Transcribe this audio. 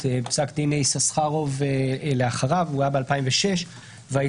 החל מפסק דין יששכרוב ב-2006 ומה שקרה אחריו,